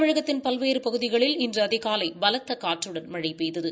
தமிழகத்தின் பல்வேறு பகுதிகளில் இன்று அதிகாலை பலத்த காற்றுடன் மழை பெய்தது